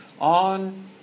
on